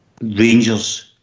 rangers